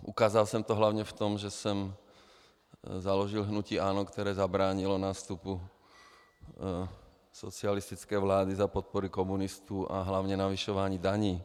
Ukázal jsem to hlavně v tom, že jsem založil hnutí ANO, které zabránilo nástupu socialistické vlády za podpory komunistů a hlavně zvyšování daní.